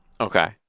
okay